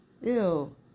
Ew